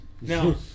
Now